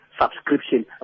subscription